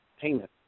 payment